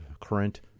current